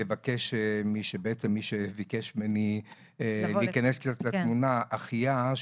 לבקש ממי שבקש ממני להיכנס לתוך התמונה אחיה,